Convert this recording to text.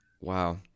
Wow